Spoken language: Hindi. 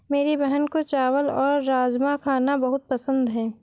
मेरी बहन को चावल और राजमा खाना बहुत पसंद है